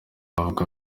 avuga